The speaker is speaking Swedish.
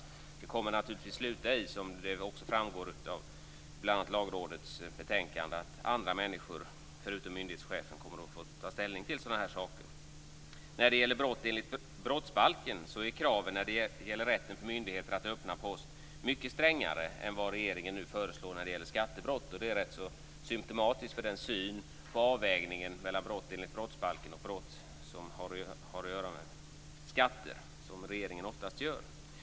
Det hela kommer naturligtvis att sluta med att andra människor, förutom myndighetschefen, kommer att få ta ställning till sådana här saker, vilket också framgår av Lagrådets betänkande. I brottsbalken är kraven när det gäller rätten för myndigheter att öppna post mycket strängare än vad regeringen nu föreslår i fråga om skattebrott. Det är symtomatiskt för den syn på den avvägning mellan brott enligt brottsbalken och brott som har att göra med skatter som regeringen oftast gör.